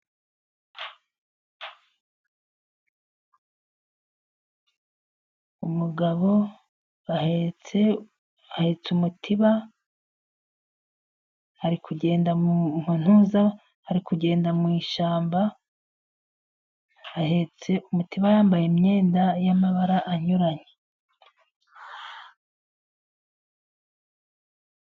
Umugabo ahetse umutiba, ari kugenda mu ntuza, ari kugenda mu ishyamba. Ahetse umutiba yambaye imyenda y'amabara anyuranye.